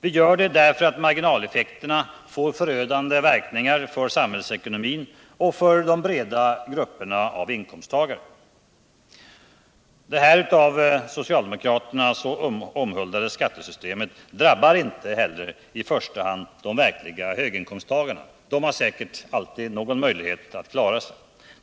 Vi gör det därför att marginaleffekterna får förödande verkningar på samhällsekonomin och för de breda grupperna av inkomsttagare. Det av socialdemokraterna så omhuldade skattesystemet drabbar inte i första hand de verkliga höginkomsttagarna. De har säkert alltid någon möjlighet att klara sig.